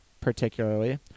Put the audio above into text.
particularly